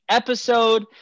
episode